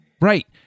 Right